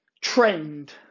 trend